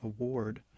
award